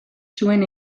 zuen